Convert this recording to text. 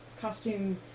costume